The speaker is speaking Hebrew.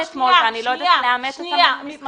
אתמול ואני לא יודעת לאמת את המסמכים.